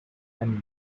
and